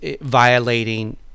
violating